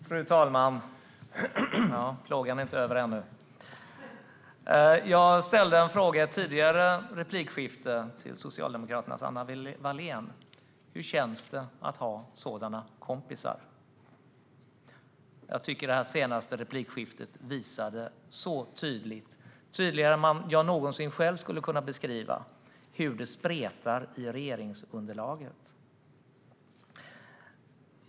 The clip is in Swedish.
Fru talman! Jag ställde en fråga i ett tidigare replikskifte till Socialdemokraternas Anna Wallén: Hur känns det att ha sådana kompisar? Jag tycker att det senaste replikskiftet visade så tydligt, tydligare än jag någonsin själv skulle kunna beskriva, hur det spretar i regeringsunderlaget.